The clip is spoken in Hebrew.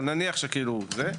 אבל נניח את זה,